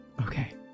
Okay